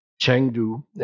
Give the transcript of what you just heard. Chengdu